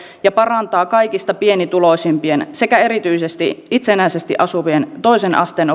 ja parantaa kaikista pienituloisimpien sekä erityisesti itsenäisesti asuvien toisen asteen